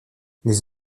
les